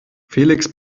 felix